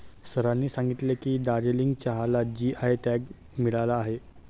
सरांनी सांगितले की, दार्जिलिंग चहाला जी.आय टॅग मिळाला आहे